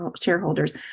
shareholders